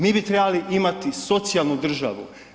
Mi bi trebali imati socijalnu državu.